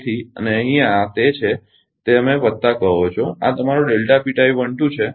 તેથી અને અહીં આ તે છે જે તમે વત્તા કહો છો અને આ તમારો છે